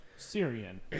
Syrian